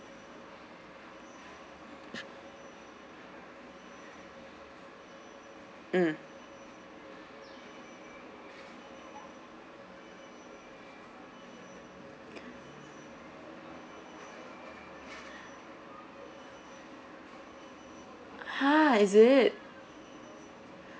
mm ha is it